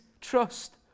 trust